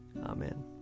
Amen